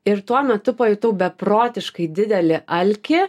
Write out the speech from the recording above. ir tuo metu pajutau beprotiškai didelį alkį